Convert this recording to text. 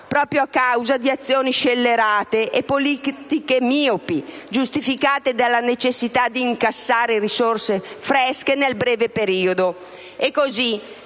proprio a causa di azioni scellerate e politiche miopi, giustificate dalla necessità di incassare risorse fresche nel breve periodo.